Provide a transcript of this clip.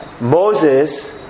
Moses